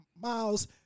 Miles